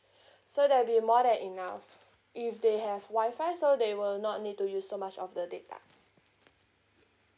so that'll be more than enough if they have wifi so they will not need to use so much of the data